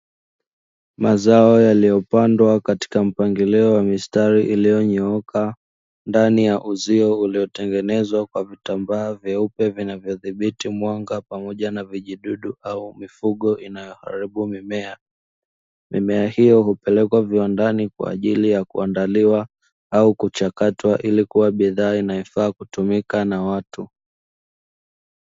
Mazao yaliyopandwa katika mpangilio wa mistari iliyonyooka ndani ya uzio uliotengenezwa kwa vitambaa vyeupe vinavyodhibiti mwanga pamoja na vijidudu au mifugo inayoharibu mimea, mimea hiyo hupelekwa viwandani kwa ajili ya kuandaliwa au kuchakatwa ili kuwa bidhaa inayofaa kutumika na watu.